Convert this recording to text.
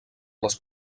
les